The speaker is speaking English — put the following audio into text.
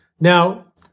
Now